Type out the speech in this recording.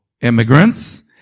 immigrants